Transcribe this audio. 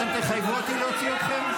אתם תחייבו אותי להוציא אתכם?